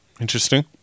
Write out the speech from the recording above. Interesting